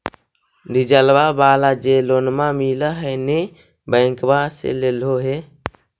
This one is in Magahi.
डिजलवा वाला जे लोनवा मिल है नै बैंकवा से लेलहो हे?